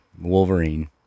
Wolverine